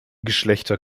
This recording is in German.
geschlechter